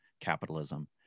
capitalism